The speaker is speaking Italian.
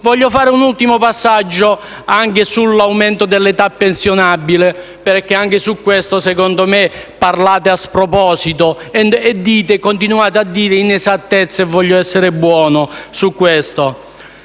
Vorrei fare un'ultima considerazione anche sull'aumento dell'età pensionabile, perché anche su questo, secondo me, parlate a sproposito e continuate a dire inesattezze (voglio essere buono su questo).